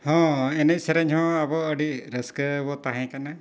ᱦᱚᱸ ᱮᱱᱮᱡ ᱥᱮᱨᱮᱧ ᱦᱚᱸ ᱟᱵᱚ ᱟᱹᱰᱤ ᱨᱟᱹᱥᱠᱟᱹ ᱵᱚᱱ ᱛᱟᱦᱮᱸ ᱠᱟᱱᱟ